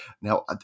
Now